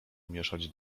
mieszać